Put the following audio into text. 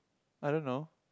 I don't know